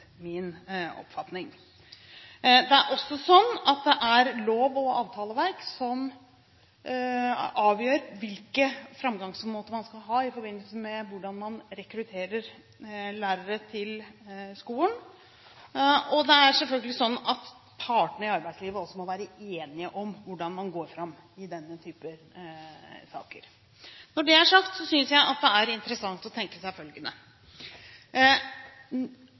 Det er også sånn at det er lov- og avtaleverk som avgjør hvilke framgangsmåter man skal ha i forbindelse med hvordan man rekrutterer lærere til skolen. Det er selvfølgelig sånn at partene i arbeidslivet også må være enige om hvordan man går fram i denne type saker. Når det er sagt, synes jeg at det er interessant å tenke seg følgende: